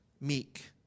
meek